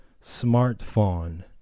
smartphone